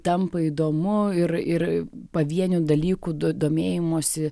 tampa įdomu ir ir pavienių dalykų do domėjimosi